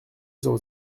zéro